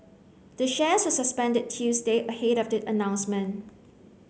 the shares were suspended Tuesday ahead of the announcement